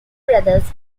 brothers